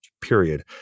period